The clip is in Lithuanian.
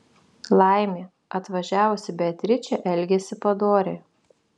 laimė atvažiavusi beatričė elgėsi padoriai